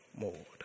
mode